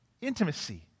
intimacy